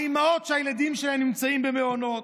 האימהות שהילדים שלהן נמצאים במעונות,